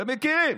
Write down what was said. אתם מכירים.